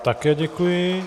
Také děkuji.